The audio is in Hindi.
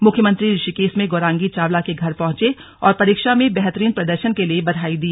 मुख्यमंत्री ऋषिकेश में गौरांगी चावला के घर पहुंचे और परीक्षा में बेहतरीन प्रदर्शन के लिए बधाई दी